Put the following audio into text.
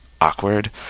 Awkward